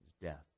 death